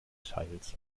teils